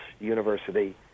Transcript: University